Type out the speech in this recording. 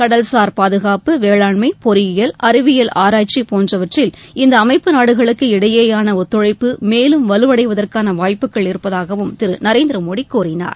கடல்சார் பாதுகாப்பு வேளாண்மை பொறியியல் அறிவியல் ஆராய்ச்சி போன்றவற்றில் இந்த அமைப்பு நாடுகளுக்கு இடையேயான ஒத்துழைப்பு மேலும் வலுவடைவதற்கான வாய்ப்புகள் இருப்பதாகவும் திரு நரேந்திர மோடி கூறினார்